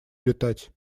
летать